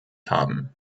haben